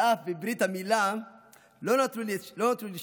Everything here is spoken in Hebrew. ואף בברית המילה לא נתנו לי שם.